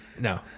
No